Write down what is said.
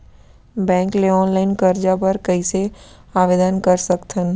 Bank ले online करजा बर कइसे आवेदन कर सकथन?